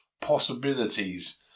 possibilities